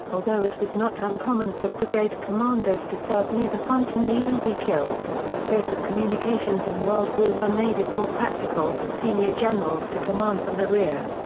although it was not uncommon for brigade commanders to serve near the front and even be killed, the state of communications in world war i made it more practical for senior generals to command from the rear.